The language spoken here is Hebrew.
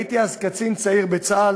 הייתי אז קצין צעיר בצה"ל,